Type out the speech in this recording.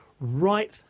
right